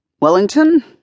Wellington